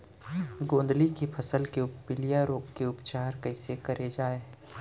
गोंदली के फसल के पिलिया रोग के उपचार कइसे करे जाये?